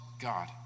God